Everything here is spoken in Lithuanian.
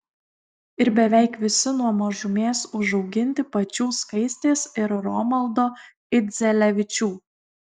ir beveik visi nuo mažumės užauginti pačių skaistės ir romaldo idzelevičių